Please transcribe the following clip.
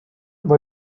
war